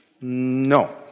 No